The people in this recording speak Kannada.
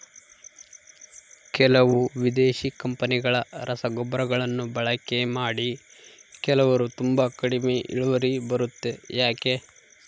ಕೆಲವು ವಿದೇಶಿ ಕಂಪನಿಗಳ ರಸಗೊಬ್ಬರಗಳನ್ನು ಬಳಕೆ ಮಾಡಿ ಕೆಲವರು ತುಂಬಾ ಕಡಿಮೆ ಇಳುವರಿ ಬರುತ್ತೆ ಯಾಕೆ?